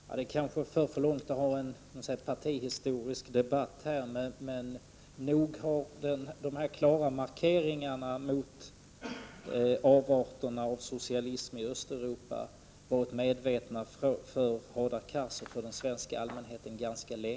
Herr talman! Det kanske för oss för långt att ha en partihistorisk debatt här, men nog har Hadar Cars och den svenska allmänheten ganska länge varit medvetna om de klara markeringarna mot avarterna av socialism i Östeuropa.